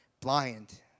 blind